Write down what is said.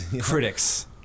critics